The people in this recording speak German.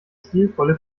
stilvolle